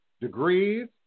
degrees